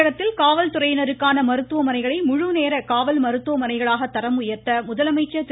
தமிழகத்தில் காவல் துறையினருக்கான மருத்துவமனைகளை முழுநேர காவல் மருத்துவமனைகளாக தரம் உயர்த்த முதலமைச்சர் திரு